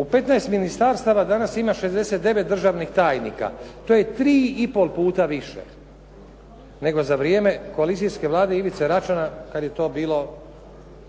U 15 ministarstava danas ima 69 državnih tajnika. To je 3 i pol puta više nego za vrijeme koalicijske Vlade Ivice Račana kad je to bilo